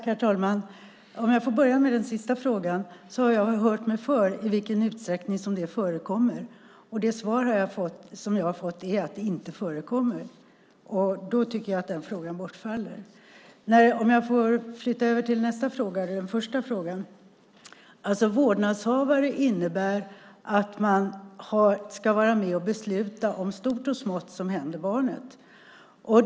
Herr talman! Om jag får börja med den sista frågan kan jag säga att jag har hört mig för i vilken utsträckning som det förekommer. Det svar som jag har fått är att det inte förekommer. Då tycker jag att den frågan bortfaller. Sedan vill jag flytta över till den första frågan. Att vara vårdnadshavare innebär att man ska vara med och besluta om stort och smått som händer barnet.